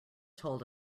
told